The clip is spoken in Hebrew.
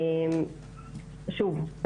שוב,